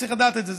צריך לדעת את זה.